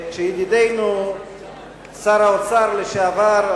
שידידנו שר האוצר לשעבר,